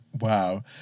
wow